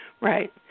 Right